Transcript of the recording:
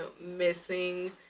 missing